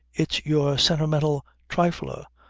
it's your sentimental trifler,